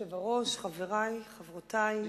כבוד היושב-ראש, חברי, חברותי,